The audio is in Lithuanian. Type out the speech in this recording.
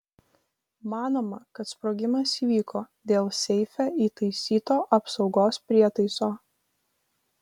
manoma kad sprogimas įvyko dėl seife įtaisyto apsaugos prietaiso